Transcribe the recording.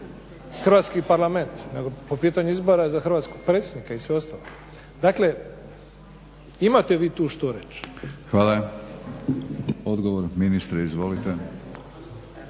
hrvatski Parlament nego po pitanju izbora za hrvatskog predsjednika i za sve ostalo. Dakle imate vi tu što reći. **Batinić, Milorad